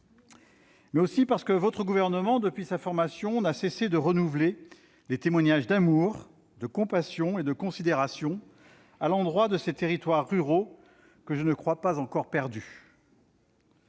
La seconde, c'est que le Gouvernement n'a cessé, depuis sa formation, de renouveler les témoignages d'amour, de compassion et de considération à l'endroit des territoires ruraux, que je ne crois pas encore perdus.